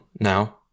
now